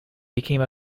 became